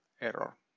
error